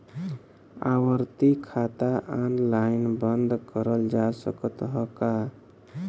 आवर्ती खाता ऑनलाइन बन्द करल जा सकत ह का?